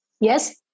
Yes